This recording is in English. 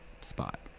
spot